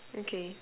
okay